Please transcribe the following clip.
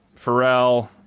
Pharrell